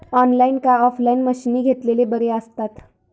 Online काय offline मशीनी घेतलेले बरे आसतात?